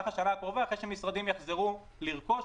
השנה הקרובה אחרי שהמשרדים יחזרו לרכוש,